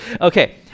Okay